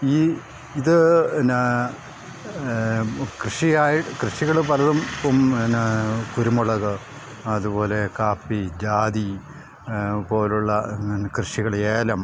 ഈ ഇത് പിന്നെ കൃഷിയായി കൃഷികൾ പലതും ഇപ്പം പിന്നെ കുരുമുളക് അതുപോലെ കാപ്പി ജാതി പോലുള്ള കൃഷികൾ ഏലം